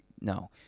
no